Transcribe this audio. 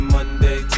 Monday